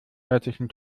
örtlichen